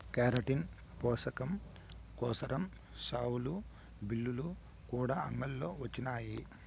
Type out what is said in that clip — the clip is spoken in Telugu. కెరటిన్ పోసకం కోసరం షావులు, బిల్లులు కూడా అంగిల్లో కొచ్చినాయి